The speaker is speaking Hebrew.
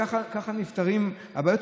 ככה נפתרות הבעיות,